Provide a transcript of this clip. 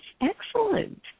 excellent